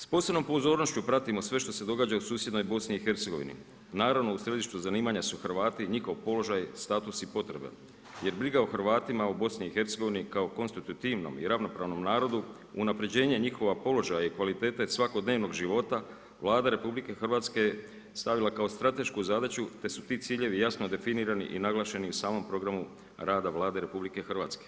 S posebnom pozornošću pratim sve što se događa u susjednoj BiH, naravno u središtu zanimanja su Hrvati, njihov položaj, status i potreba jer riga o Hrvatima u BiH-u kao konstitutivnom i ravnopravnom narodu, unapređenje njihova položaj i kvalitete svakodnevnog života, Vlada RH je stavila kao stratešku zadaću te su ti ciljevi jasno definirani i naglašeni u samom programu rada Vlade RH.